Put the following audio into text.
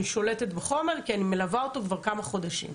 שולטת בחומר כי אני מלווה אותו כבר כמה חודשים.